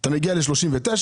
חיסכון אתה מגיע ל-39,000,